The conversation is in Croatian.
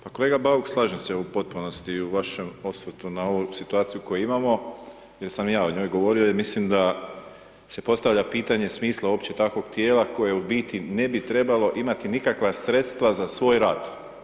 Pa kolega Bauk, slažem se u potpunosti i u vašem osvrtu na ovu situaciju koju imamo jer sam i ja o njoj govorio jer mislim da se postavlja pitanje smisla uopće takvog tijela koje u biti ne bi trebalo imati nikakva sredstva za svoj rad.